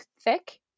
thick